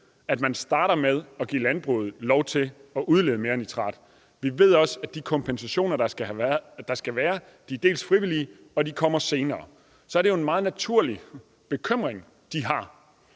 at man starter med at give landbruget lov til at udlede mere nitrat. Vi ved også, at de kompensationer, der skal være, dels er frivillige, dels kommer senere. Så er det jo en meget naturlig bekymring, de